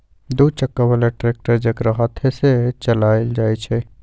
दू चक्का बला ट्रैक्टर जेकरा हाथे से चलायल जाइ छइ